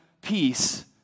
peace